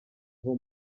aho